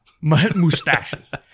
Mustaches